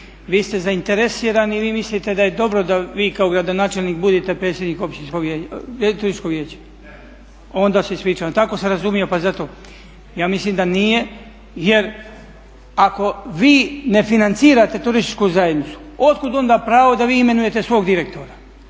Vi ste zainteresirani, vi mislite da je dobro da vi kao gradonačelnik budete predsjednik općinskog, …/Govornik se ne razumije./… vijeće? …/Upadica: Ne./… Onda se ispričavam, tako sam razumio pa zato. Ja mislim da nije, jer ako vi ne financirate turističku zajednicu otkuda onda pravo da vi imenujete svog direktora.